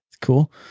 Cool